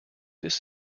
this